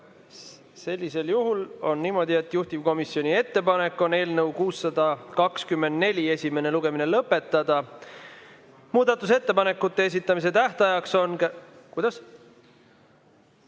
Sellisel juhul on niimoodi, et juhtivkomisjoni ettepanek on eelnõu 624 esimene lugemine lõpetada. Muudatusettepanekute esitamise tähtaeg on ... Kuidas?